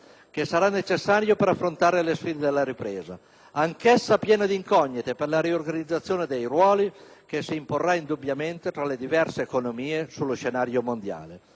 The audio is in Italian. che sarà necessario per affrontare le sfide della ripresa, anch'essa piena di incognite per la riorganizzazione dei ruoli che si imporrà indubbiamente tra le diverse economie sullo scenario mondiale.